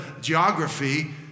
geography